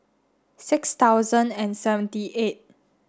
six thousand and seventy eight